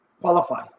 qualify